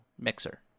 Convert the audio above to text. mixer